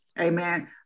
Amen